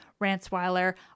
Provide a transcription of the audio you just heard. Ransweiler